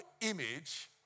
image